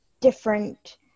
different